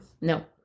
No